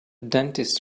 dentist